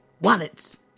wallets